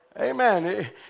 Amen